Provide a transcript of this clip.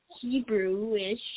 Hebrew-ish